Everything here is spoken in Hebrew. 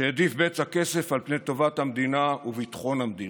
שהעדיף בצע כסף על פני טובת המדינה וביטחון המדינה.